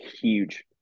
huge